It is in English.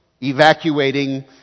evacuating